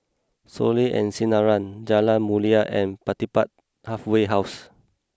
Soleil and Sinaran Jalan Mulia and Pertapis Halfway House